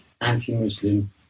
anti-Muslim